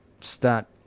start